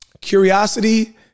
Curiosity